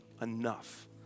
enough